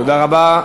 תודה רבה.